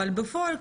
אבל בפועל,